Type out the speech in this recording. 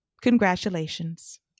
Congratulations